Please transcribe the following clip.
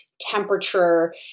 temperature